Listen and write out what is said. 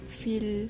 feel